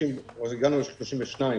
כבר הגענו ל-31.